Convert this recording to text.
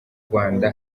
rwanda